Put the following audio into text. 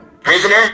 Prisoner